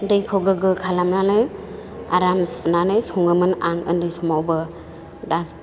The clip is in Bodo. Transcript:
दैखौ गोग्गो खालामनानै आराम सुनानै सङोमोन आं उन्दै समावबो दा